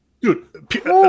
Dude